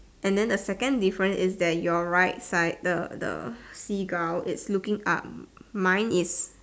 and then the second different is that your right side the the Seagull is looking up mine is